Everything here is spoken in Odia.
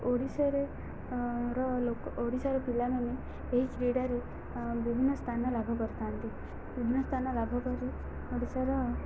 ଓଡ଼ିଶାରେ ଲୋକ ଓଡ଼ିଶାର ପିଲାମାନେ ଏହି କ୍ରୀଡ଼ାରେ ବିଭିନ୍ନ ସ୍ଥାନ ଲାଭ କରିଥାନ୍ତି ବିଭିନ୍ନ ସ୍ଥାନ ଲାଭ କରି ଓଡ଼ିଶାର